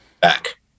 back